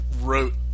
wrote